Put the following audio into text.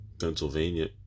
Pennsylvania